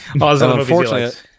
Unfortunately